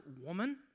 woman